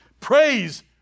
Praise